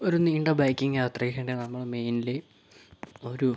ഒരു നീണ്ട ബൈക്കിങ്ങ് യാത്രയ്ക്ക് വേണ്ടിയാണ് നമ്മൾ മെയിൻലി ഒരു